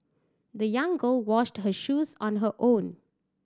the young girl washed her shoes on her own